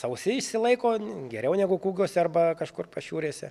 sausi išsilaiko geriau negu kūgiuose arba kažkur pašiūrėse